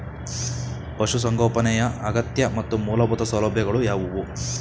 ಪಶುಸಂಗೋಪನೆಯ ಅಗತ್ಯ ಮತ್ತು ಮೂಲಭೂತ ಸೌಲಭ್ಯಗಳು ಯಾವುವು?